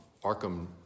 arkham